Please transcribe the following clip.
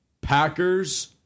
Packers